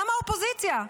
גם מהאופוזיציה.